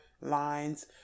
lines